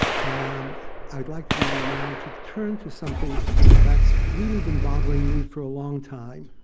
and i'd like to really now to turn to something that's really been bothering me for a long time.